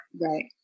Right